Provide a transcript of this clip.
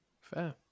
Fair